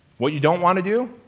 what you don't want to do?